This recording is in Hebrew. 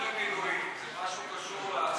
זה לא קשור למילואים,